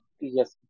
Yes